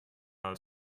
als